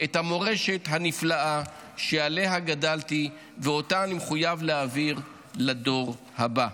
את המורשת הנפלאה שעליה גדלתי ואותה אני מחויב להעביר לדור הבא.